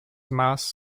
maß